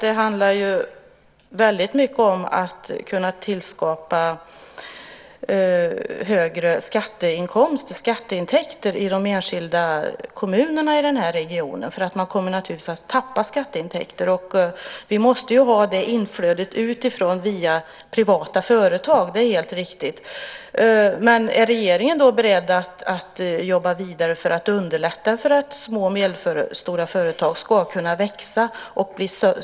Det handlar ju väldigt mycket om att kunna tillskapa högre skatteintäkter i de enskilda kommunerna i regionen. Man kommer naturligtvis att tappa skatteintäkter, och vi måste ha detta inflöde utifrån via privata företag. Det är helt riktigt. Men är regeringen då beredd att jobba vidare för att underlätta för små och medelstora företag att växa och bli större?